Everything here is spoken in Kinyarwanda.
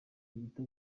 bita